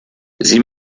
sie